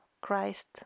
Christ